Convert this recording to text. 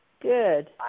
Good